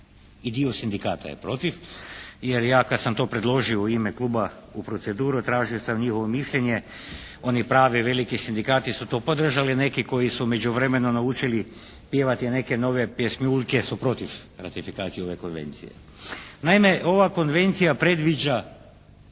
I dio sindikata je protiv. Jer ja kad sam to predložio u proceduru tražio sam njihovo mišljenje. Oni pravi veliki sindikati su to podržali. Neki koji su u međuvremenu naučili pjevati neke nove pjesmuljke su protiv ratifikacije ove konvencije. Naime ova konvencija predviđa